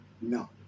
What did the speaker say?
No